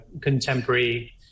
contemporary